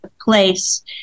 place